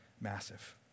massive